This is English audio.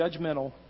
judgmental